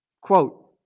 quote